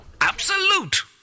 Absolute